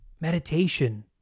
meditation